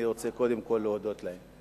אני רוצה קודם כול להודות להם.